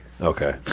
Okay